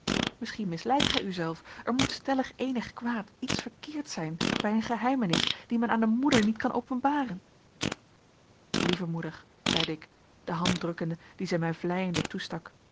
misschien misleidt gij uzelf er moet stellig eenig kwaad iets verkeerds zijn bij een geheimenis die men aan eene moeder niet kan openbaren lieve moeder zeide ik de hand drukkende die zij mij vleiende toestak